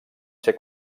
ser